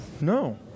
no